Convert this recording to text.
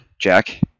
Jack